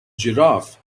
giraffe